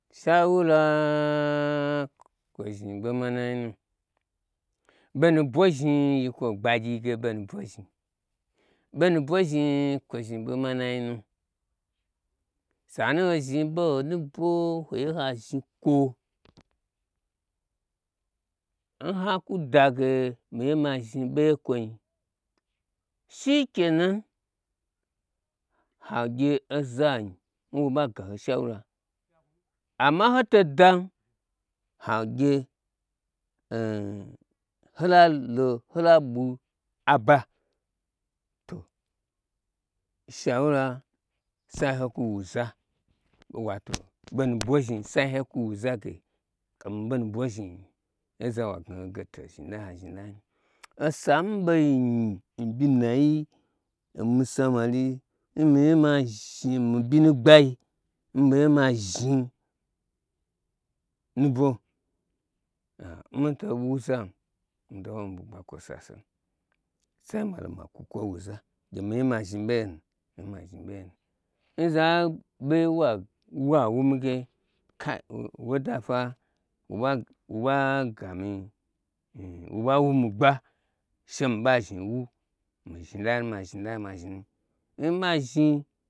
Shaura kwo zhni ɓo ma nainu ɓo nu ɓwo zhni yi yi kwo n gabgyi ge ɓonu ɓwo zhin, ɓo nu ɓwo zhni kwo zhni ɓo manai nu. Sanu ho zhni ɓo ho nuɓo hoye hazhni kwo n ha kwu dage mi ye ma zhni ɓeye n kwo nyi shike nan hagye ozanyi nwo ɓa gaho shaura amma n hoto dam hagye holalo hola ɓwi aba to shaura sai ho kwu wuza wato bo nuɓo zhni sai hokwu wuza ge omi ɓo nu ɓo zhni oza wa gnaho ge to zhni lai ha zhni lai. Osa nmi ɓei nyi nɓyir na nyi omi samari n miye ma zhni n mi ɓyi nu gbai n miye ma zhni nubwo nmito wu zam mitawo omi bwugba kwoi sasem sai malo makwu kwo wuza gyemi ye ma zhni ɓeyenu n za ɓe wawumi ge kai woda fwa woba woba wumi gba sheni ɓa zhni nu mi zhni lai mazhni lai ma zhni lai n ma zhni